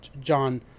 John